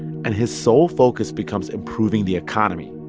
and his sole focus becomes improving the economy.